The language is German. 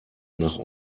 nach